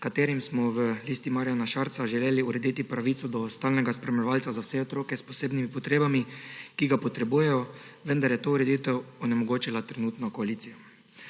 s katerim smo v Listi Marjana Šarca želeli urediti pravico do stalnega spremljevalca za vse otroke s posebnimi potrebami, ki ga potrebujejo, vendar je to ureditev onemogočila trenutna koalicija.